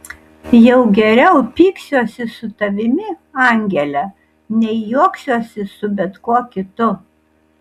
jau geriau pyksiuosi su tavimi angele nei juoksiuosi su bet kuo kitu